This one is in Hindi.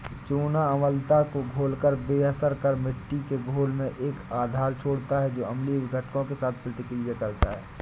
चूना अम्लता को घोलकर बेअसर कर मिट्टी के घोल में एक आधार छोड़ता है जो अम्लीय घटकों के साथ प्रतिक्रिया करता है